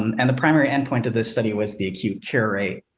um and the primary endpoint to this study was the acute care rate.